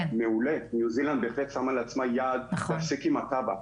מעולה, ניו זילנד בהחלט שמה יעד להפסיק עם הטבק.